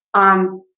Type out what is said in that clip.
um,